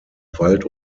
wald